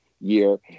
year